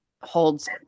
holds